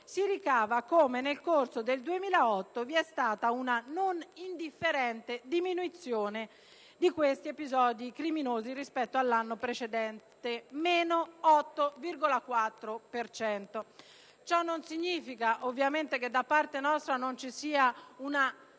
si ricava come nel corso del 2008 vi è stata una non indifferente diminuzione di questi episodi criminosi rispetto all'anno precedente (meno 8,4 per cento). Ciò ovviamente non significa che da parte nostra non ci sia grande